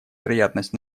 вероятность